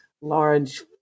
large